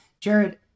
Jared